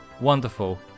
Wonderful